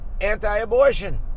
anti-abortion